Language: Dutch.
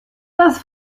was